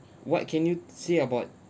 what can you say about